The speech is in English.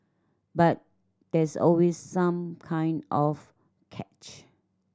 but there's always some kind of catch